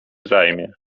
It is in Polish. zajmie